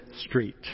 street